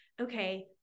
okay